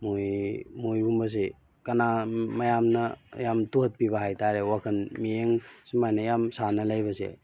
ꯃꯣꯏ ꯃꯣꯏꯒꯨꯝꯕꯁꯤ ꯀꯅꯥ ꯃꯌꯥꯝꯅ ꯌꯥꯝ ꯇꯨꯍꯠꯄꯤꯕ ꯍꯥꯏꯇꯥꯔꯦ ꯋꯥꯈꯜ ꯃꯤꯠꯌꯦꯡ ꯁꯨꯃꯥꯏꯅ ꯌꯥꯝ ꯁꯥꯅ ꯂꯩꯕꯁꯦ